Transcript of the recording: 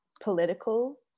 political